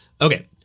Okay